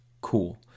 cool